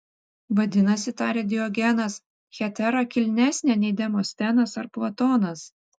vadinasi tarė diogenas hetera kilnesnė nei demostenas ar platonas